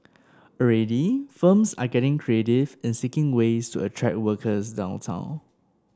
already firms are getting creative in seeking ways to attract workers downtown